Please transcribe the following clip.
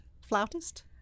flautist